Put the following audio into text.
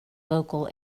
vocal